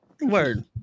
Word